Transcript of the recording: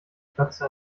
platzte